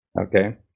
okay